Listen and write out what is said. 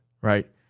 right